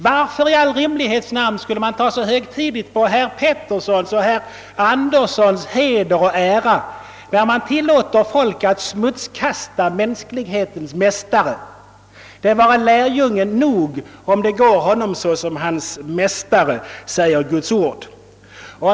Varför i all rimlighets namn skulle man ta så högtidligt på herr Petterssons och herr Anderssons heder och ära, när man tilllåter folk attsmutskasta mänsklighetens Mästare? »Det vare lärjungen nog om det går honom så som hans Mästare», säger Guds ord.